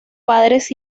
padres